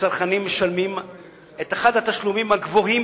הצרכנים משלמים את אחד התשלומים הגבוהים